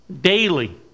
daily